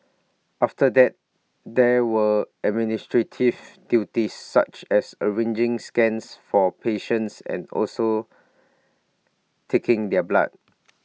after that there were administrative duties such as arranging scans for patients and also taking their blood